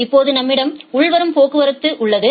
இப்போது நம்மிடம் உள்வரும் போக்குவரத்து உள்ளது